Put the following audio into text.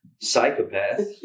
psychopath